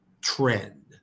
trend